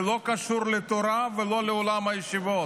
זה לא קשור לתורה ולא לעולם הישיבות,